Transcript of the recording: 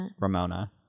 Ramona